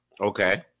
Okay